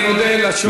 אני מודה לשואלים.